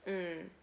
mm